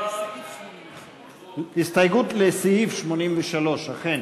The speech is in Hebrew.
הסתייגות לסעיף 83, אכן.